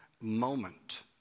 moment